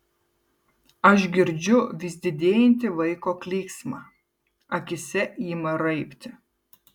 aš girdžiu vis didėjantį vaiko klyksmą akyse ima raibti